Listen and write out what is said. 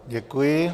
Děkuji.